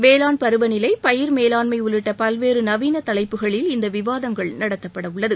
வேளாண் பருவநிலை பயிர் மேலாண்மை உள்ளிட்ட பல்வேறு நவீன தலைப்புகளில் இந்த விவாதங்கள் நடத்தப்படவுள்ளது